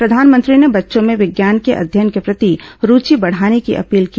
प्रधानमंत्री ने बच्चों में विज्ञान के अध्ययन के प्रति रुवि बढ़ाने की अपील की